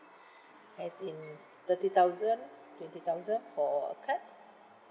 as in s~ thirty thousand fifty thousand for a card